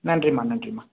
நன்றிமா நன்றிமா